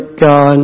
God